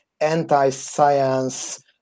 anti-science